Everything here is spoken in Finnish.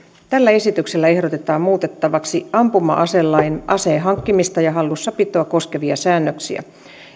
tällä esityksellä ehdotetaan muutettavaksi ampuma aselain aseen hankkimista ja hallussapitoa koskevia säännöksiä